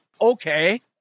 Okay